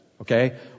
Okay